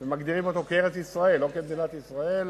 הם מגדירים אותו כארץ-ישראל ולא כמדינת ישראל.